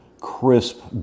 crisp